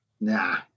Nah